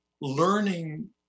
learning